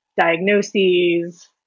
diagnoses